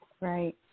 Right